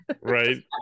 right